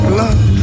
love